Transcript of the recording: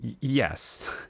Yes